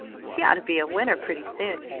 she ought to be a winner pretty soon.